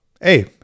hey